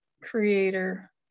creator